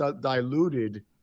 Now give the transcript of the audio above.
diluted